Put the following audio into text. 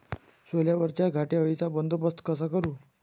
सोल्यावरच्या घाटे अळीचा बंदोबस्त कसा करू?